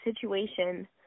situation